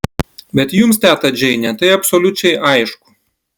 bet jums teta džeine tai absoliučiai aišku